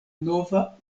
nova